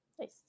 nice